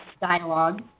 dialogue